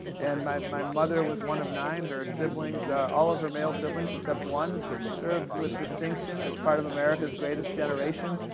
and my my mother was one of nine, her siblings, all of her male siblings except one served with distinction as part of america's greatest generation.